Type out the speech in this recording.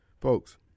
Folks